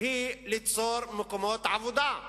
היא ליצור מקומות עבודה.